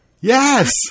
Yes